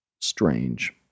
strange